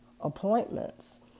appointments